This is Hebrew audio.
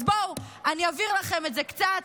אז בואו אני אבהיר לכם את זה קצת,